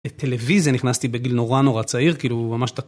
לטלוויזיה נכנסתי בגיל נורא נורא צעיר כאילו הוא ממש תקשור.